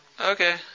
Okay